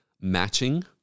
matching